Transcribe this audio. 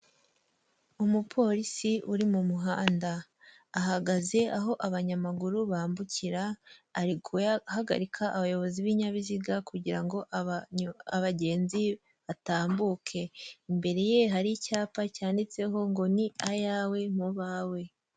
Umupolisi uri mu muhanda ahagaze aho abanyamaguru bambukira ari guhagarika abayobozi b'ibinyabiziga kugira ngo abagenzi batambuke, imbere ye hari icyapa cyanditseho ngo ni ayawe mu bawe.